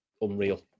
unreal